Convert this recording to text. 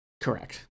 Correct